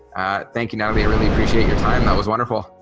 think you know they really appreciate your time that was wonderful.